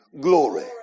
glory